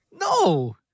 No